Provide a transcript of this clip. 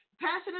passionate